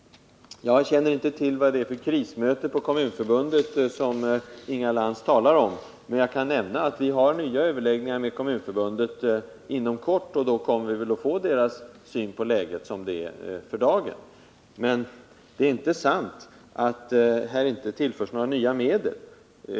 Jag känner inte till vad det är för ett krismöte i Kommunförbundet som Inga Lantz talar om, men jag kan nämna att regeringen skall ha nya överläggningar med Kommunförbundet inom kort, och då kommer vi antagligen att få ta del av förbundets syn på läget för dagen. Men det är inte sant att kommunerna inte tillförs några nya medel för den här verksamheten.